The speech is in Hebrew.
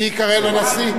מי ייקרא לנשיא?